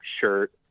shirt